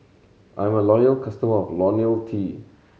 I'm a loyal customer of Ionil T